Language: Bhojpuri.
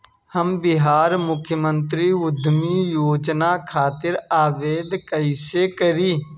हम बिहार मुख्यमंत्री उद्यमी योजना खातिर आवेदन कईसे करी?